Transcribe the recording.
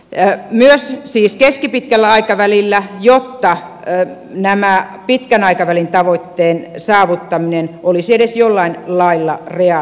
ja jos viistosti pitkällä aikavälillä jotta tämä pitkän aikavälin tavoitteen saavuttaminen olisi edes jollain lailla realistinen